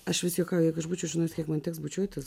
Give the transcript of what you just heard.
aš vis juokauju jeigu aš būčiau žinojus kiek man teks bučiuotis